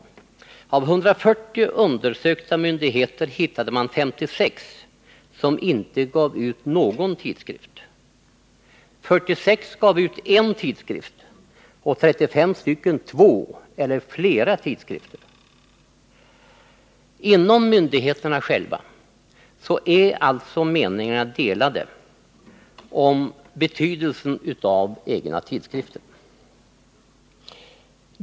Bland 140 undersökta myndigheter hittade man 56 som inte gav ut någon tidskrift, medan 46 gav ut en tidskrift och 35 gav ut två eller flera tidskrifter. Inom myndigheterna själva är alltså meningarna delade om betydelsen av egna tidskrifter.